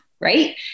right